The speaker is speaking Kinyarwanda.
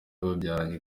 babyaranye